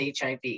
HIV